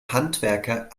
handwerker